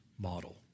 model